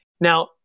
Now